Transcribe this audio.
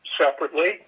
separately